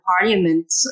parliament